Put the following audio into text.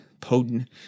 potent